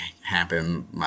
happen